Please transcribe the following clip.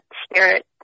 spirit